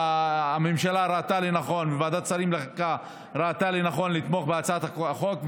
הממשלה ראתה לנכון וועדת שרים לחקיקה ראתה לנכון לתמוך בהצעת החוק,